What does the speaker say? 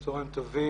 צהרים טובים.